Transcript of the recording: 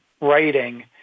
writing